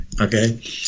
Okay